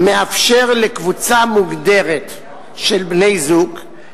מאפשר לקבוצה מוגדרת של בני-זוג,